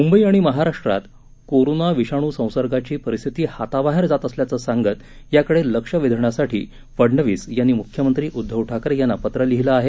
मुंबई आणि महाराष्ट्रात कोरोना विषाणू संसर्गाची परिस्थिती हाताबाहेर जात असल्याचं सांगत याकडे लक्ष वेधण्यासाठी फडणवीस यांनी मुख्यमंत्री उद्धव ठाकरे यांना पत्र लिहिलं आहे